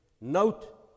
note